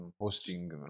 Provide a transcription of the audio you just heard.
hosting